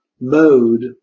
mode